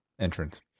entrance